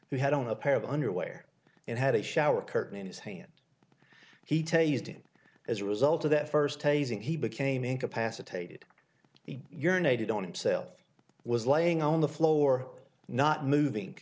who had on a pair of underwear and had a shower curtain in his hand he tell used it as a result of that first hazing he became incapacitated your innate it on himself was laying on the floor not moving